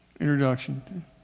Introduction